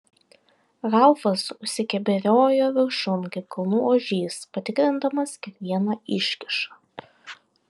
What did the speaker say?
ralfas užsikeberiojo viršun kaip kalnų ožys patikrindamas kiekvieną iškyšą